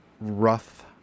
rough